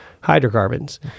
hydrocarbons